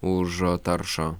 už taršą